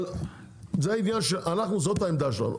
אבל זה העניין שאנחנו זאת העמדה שלנו,